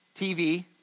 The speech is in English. TV